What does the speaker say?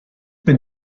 bin